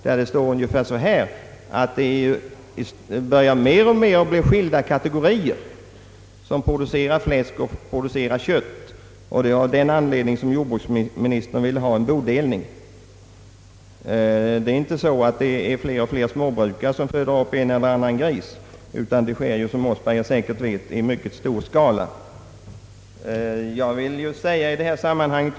Där står det ungefär så här, att det alltmer börjar bli skilda kategorier som producerar fläsk och som producerar kött, och det är av den anledningen som jordbruksministern vill ha en bodelning. Det är inte så att alltfler småbrukare föder upp en eller annan gris, utan fläskproduktionen sker — som herr Mossberger vet — numera i mycket stor skala i stora enheter.